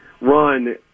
run